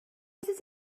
uses